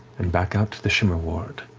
and back out to the shimmer ward,